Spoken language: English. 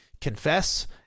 confess